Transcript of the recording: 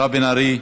מירב בן ארי,